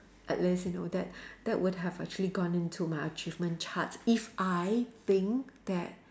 at least you know that that would have actually gone into my achievement charts if I think that